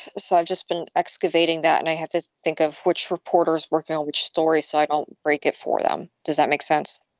so i've just been excavating that. and i have to think of which reporters working and which stories site. i'll break it for them. does that make sense?